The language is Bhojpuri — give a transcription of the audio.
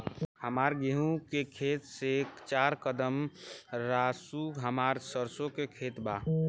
हमार गेहू के खेत से चार कदम रासु हमार सरसों के खेत बा